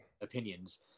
opinions